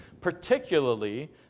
particularly